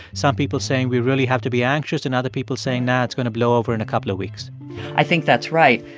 some people saying we really have to be anxious and other people saying, no, it's going to blow over in a couple of weeks i think that's right.